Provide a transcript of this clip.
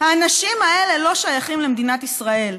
"האנשים האלה לא שייכים למדינת ישראל,